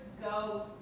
go